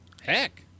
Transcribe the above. heck